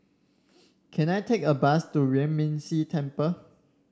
can I take a bus to Yuan Ming Si Temple